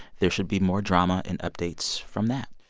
there should be more drama and updates from that.